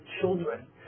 children